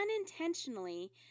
unintentionally